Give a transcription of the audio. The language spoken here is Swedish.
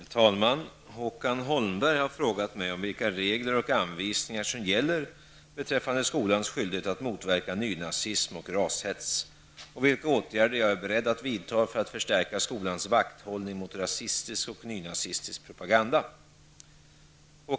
Herr talman! Håkan Holmberg har frågat mig om vilka regler och anvisningar som gäller beträffande skolans skyldighet att motverka nynazism och rashets och vilka åtgärder jag är beredd att vidta för att förstärka skolans vakthållning mot rasistisk och nynazistisk propaganda.